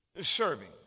serving